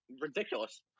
ridiculous